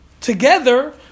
together